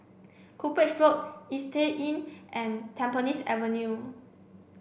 Cuppage Road Istay Inn and Tampines Avenue